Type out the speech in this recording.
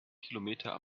kilometern